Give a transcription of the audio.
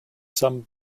some